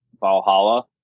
Valhalla